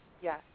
Yes